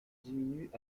diminuent